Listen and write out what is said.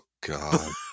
God